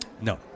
No